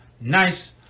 nice